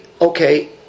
okay